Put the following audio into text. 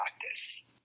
practice